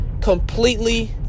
completely